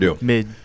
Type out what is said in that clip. mid